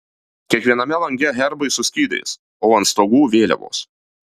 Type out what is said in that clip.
kiekviename lange herbai su skydais o ant stogų vėliavos